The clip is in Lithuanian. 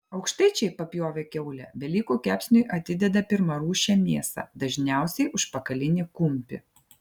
aukštaičiai papjovę kiaulę velykų kepsniui atideda pirmarūšę mėsą dažniausiai užpakalinį kumpį